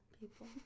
people